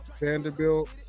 Vanderbilt